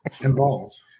Involved